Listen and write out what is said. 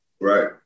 Right